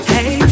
Hey